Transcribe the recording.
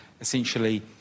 essentially